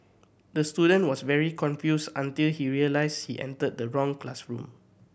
the student was very confused until he realised she entered the wrong classroom